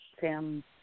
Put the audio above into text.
Sam